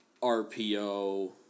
RPO